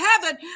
heaven